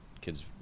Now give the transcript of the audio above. kids